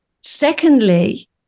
Secondly